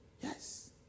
Yes